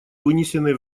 вынесенные